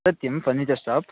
सत्यं furniture shop